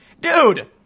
dude